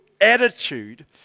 attitude